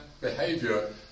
behavior